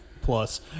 plus